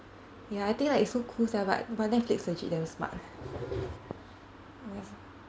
ya I think like it's so cool sia but but Netflix is actually damn smart